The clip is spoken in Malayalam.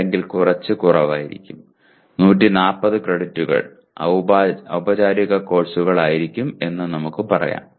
അല്ലെങ്കിൽ കുറച്ച് കുറവായിരിക്കാം 140 ക്രെഡിറ്റുകൾ ഔപചാരിക കോഴ്സുകൾ ആയിരിക്കും എന്ന് നമുക്ക് പറയാം